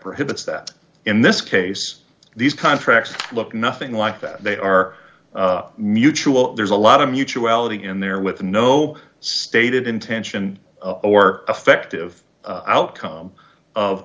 prohibits that in this case these contracts look nothing like that they are mutual there's a lot of mutuality in there with no stated intention or affective outcome of